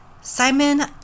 Simon